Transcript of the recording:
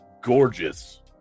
gorgeous